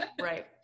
right